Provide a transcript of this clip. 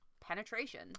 penetration